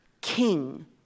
King